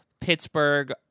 Pittsburgh